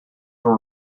were